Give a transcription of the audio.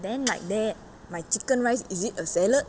then like that my chicken rice is it a salad